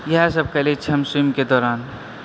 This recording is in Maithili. इएहसभ केलय छियै हम स्विमके दौरान